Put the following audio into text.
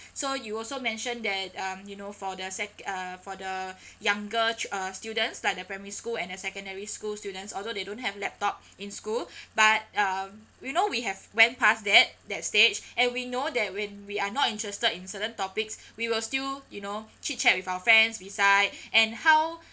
so you also mention that um you know for the sec~ uh for the younger ch~ uh students like the primary school and secondary school students although they don't have laptop in school but um you know we have went past that that stage and we know that when we are not interested in certain topics we will still you know chit chat with our friends beside and how